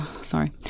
sorry